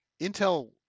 Intel